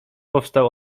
powstał